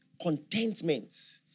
contentment